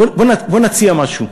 בוא נציע משהו,